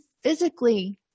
physically